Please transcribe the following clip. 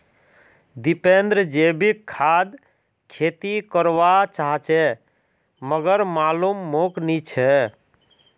दीपेंद्र जैविक खाद खेती कर वा चहाचे मगर मालूम मोक नी छे